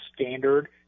standard